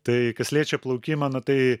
tai kas liečia plaukimą nu tai